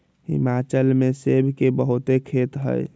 हिमाचल में सेब के बहुते खेत हई